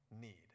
need